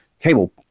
cable